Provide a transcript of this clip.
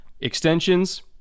Extensions